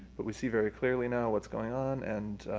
but we see very clearly now what's going on. and,